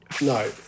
no